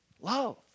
Love